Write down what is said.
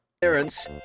Parents